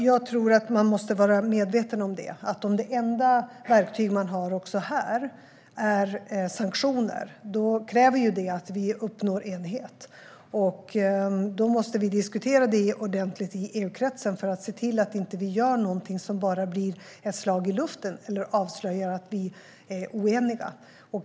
Jag tror att man måste vara medveten om detta. Om det enda verktyg man har också här är sanktioner kräver det att vi uppnår enighet. Då måste vi diskutera det ordentligt i EU-kretsen för att se till att vi inte gör någonting som bara blir ett slag i luften eller avslöjar att vi är oeniga.